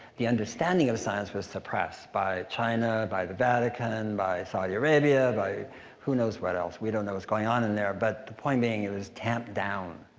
the understanding of science was suppressed by china, by the vatican, by saudi arabia, by who knows what else? we don't know what's going on in there. but the point being, it was tamped down.